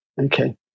okay